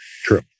True